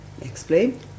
Explain